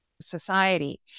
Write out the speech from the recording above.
society